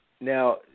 Now